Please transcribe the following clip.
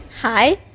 Hi